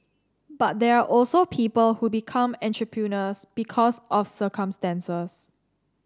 but there are also people who become entrepreneurs because of circumstances